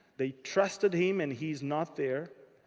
they trusted him and he's not there.